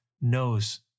knows